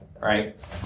right